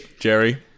Jerry